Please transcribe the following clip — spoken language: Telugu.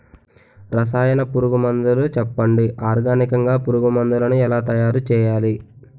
రసాయన పురుగు మందులు చెప్పండి? ఆర్గనికంగ పురుగు మందులను ఎలా తయారు చేయాలి?